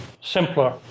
simpler